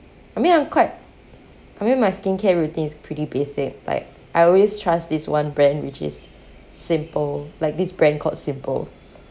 I mean I'm quite I mean my skincare routine is pretty basic like I always trust this one brand which is simple like this brand called simple